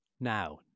Now